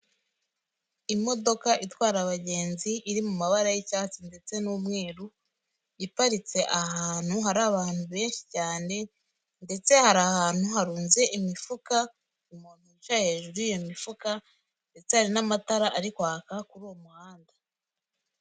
Imodoka itwara abagenzi iri mu mabara y'icyatsi ndetse n'umweru, iparitse ahantu hari abantu benshi cyane ndetse hari ahantu harunze imifuka, umuntu wicaye hejuru y'iyo mifuka ndetse hari n'amatara ari kwaka kuri uwo muhanda.